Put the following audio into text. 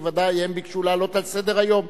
כי ודאי הם ביקשו להעלות על סדר-היום.